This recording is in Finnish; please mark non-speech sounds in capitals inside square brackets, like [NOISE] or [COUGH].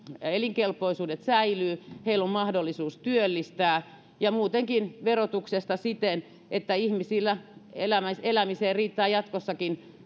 elinkelpoisuus säilyy heillä on mahdollisuus työllistää ja muutenkin verotuksesta siten että ihmisillä riittää elämiseen jatkossakin [UNINTELLIGIBLE]